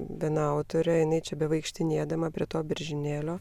viena autorė jinai čia bevaikštinėdama prie to beržynėlio